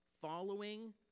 following